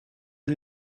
the